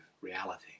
reality